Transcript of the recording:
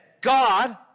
God